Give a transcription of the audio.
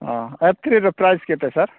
ଅଃ ଏଫ୍ ଥ୍ରୀର ପ୍ରାଇସ୍ କେତେ ସାର୍